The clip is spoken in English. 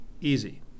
easy